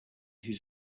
his